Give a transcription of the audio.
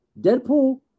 Deadpool